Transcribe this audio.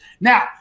Now